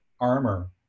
armor